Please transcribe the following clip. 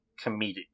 comedic